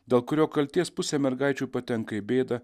dėl kurio kaltės pusė mergaičių patenka į bėdą